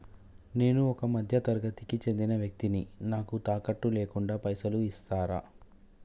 నేను ఒక మధ్య తరగతి కి చెందిన వ్యక్తిని నాకు తాకట్టు లేకుండా పైసలు ఇస్తరా?